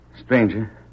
Stranger